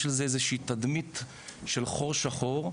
יש איזושהי תדמית של חור שחור,